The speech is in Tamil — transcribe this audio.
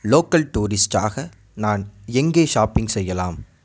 லோக்கல் டூரிஸ்ட்டாக நான் எங்கே ஷாப்பிங் செய்யலாம்